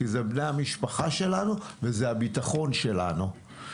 כי זה בני המשפחה שלנו וזה הביטחון שלנו.